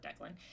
Declan